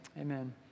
amen